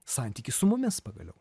santykį su mumis pagaliau